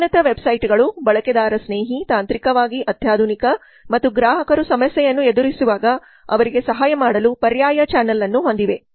ಉನ್ನತ ವೆಬ್ಸೈಟ್ಗಳು ಬಳಕೆದಾರ ಸ್ನೇಹಿ ತಾಂತ್ರಿಕವಾಗಿ ಅತ್ಯಾಧುನಿಕ ಮತ್ತು ಗ್ರಾಹಕರು ಸಮಸ್ಯೆಯನ್ನು ಎದುರಿಸುವಾಗ ಅವರಿಗೆ ಸಹಾಯ ಮಾಡಲು ಪರ್ಯಾಯ ಚಾನಲ್ ಅನ್ನು ಹೊಂದಿವೆ